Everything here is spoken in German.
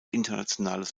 internationales